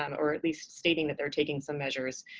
um or at least stating that they're taking some measures,